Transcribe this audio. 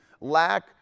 lack